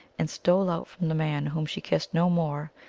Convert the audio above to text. and stole out from the man whom she kissed no more,